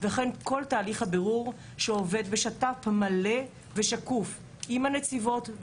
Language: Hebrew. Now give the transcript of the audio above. וכן כל תהליך הבירור שעובד בשיתוף פעולה מלא ושקוף עם הנציבות.